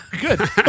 Good